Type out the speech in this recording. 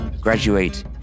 graduate